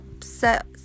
set